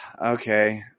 okay